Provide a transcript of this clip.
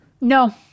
No